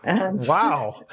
Wow